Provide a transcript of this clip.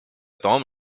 том